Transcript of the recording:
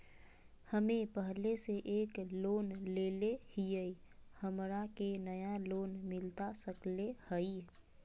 हमे पहले से एक लोन लेले हियई, हमरा के नया लोन मिलता सकले हई?